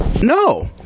No